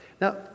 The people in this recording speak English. Now